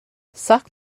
sock